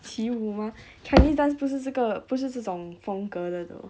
肚脐舞吗 chinese dance 不是这个不是这种风格的